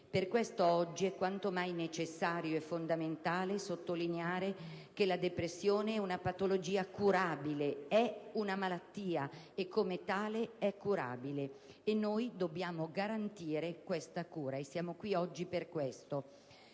Per questo oggi è quanto mai necessario e fondamentale sottolineare che la depressione è una patologia curabile: è una malattia e, come tale, è curabile. Noi dobbiamo garantire questa cura e siamo qui oggi per questo.